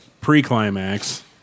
pre-climax